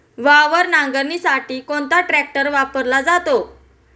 वावर नांगरणीसाठी कोणता ट्रॅक्टर वापरला जातो?